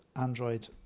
Android